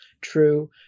true